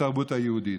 בתרבות היהודית.